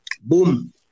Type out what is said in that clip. Boom